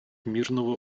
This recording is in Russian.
мирного